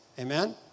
Amen